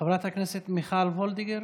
חברת הכנסת מיכל וולדיגר.